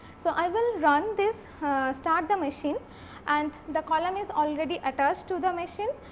so, i will run this start the machine and the column is already attached to the machine.